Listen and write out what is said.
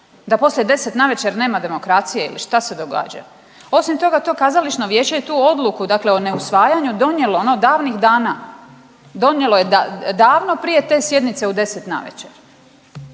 Da poslije 10 navečer nema demokracije ili šta se događa? Osim toga, to kazališno vijeće je tu odluku dakle o neusvajanju donijelo ono davnih dana, donijelo je davno prije te sjednice u 10 navečer.